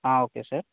okay sir